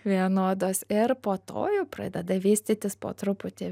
vienodos ir po to jau pradeda vystytis po truputį